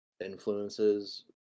influences